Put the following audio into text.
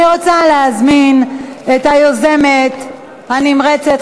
אני רוצה להזמין את היוזמת הנמרצת,